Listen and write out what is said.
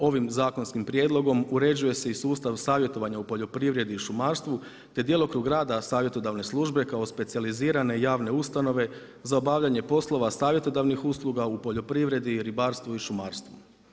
Ovim zakonskim prijedlogom uređuje se i sustav savjetovanja u poljoprivredi i šumarstvu te djelokrug rada savjetodavne službe kao specijalizirane javne ustanove za obavljanje poslova savjetodavnih usluga u poljoprivredi, ribarstvu i šumarstvu.